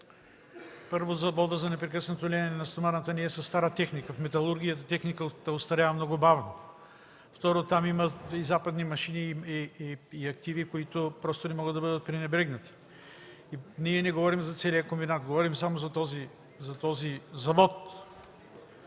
Първо, Заводът за непрекъснато леене на стоманата не е със стара техника. В металургията техниката остарява много бавно. Второ, там има и западни машини, и активи, които просто не могат да бъдат пренебрегнати. Ние не говорим за целия комбинат, говорим само за този завод.